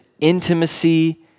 intimacy